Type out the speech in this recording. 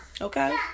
Okay